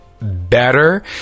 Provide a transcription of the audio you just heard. better